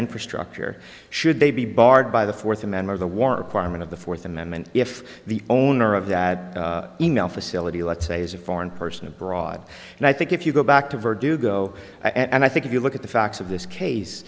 infrastructure should they be barred by the fourth amendment the war requirement of the fourth amendment if the owner of that e mail facility let's say is a foreign person abroad and i think if you go back to virginia go and i think if you look at the facts of this case